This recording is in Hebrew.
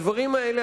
הדברים האלה,